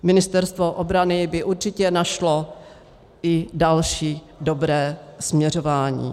Ministerstvo obrany by určitě našlo i další dobré směřování.